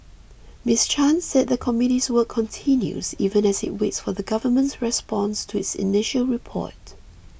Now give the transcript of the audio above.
Miss Chan said the committee's work continues even as it waits for the Government's response to its initial report